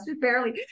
barely